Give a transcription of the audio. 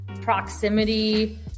proximity